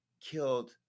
killed